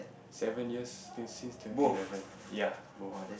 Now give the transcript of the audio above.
seven years I think since twenty eleven ya both